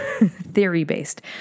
theory-based